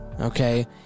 Okay